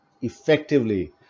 effectively